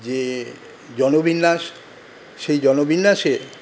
যে জনবিন্যাস সেই জনবিন্যাসের